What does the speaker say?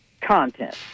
content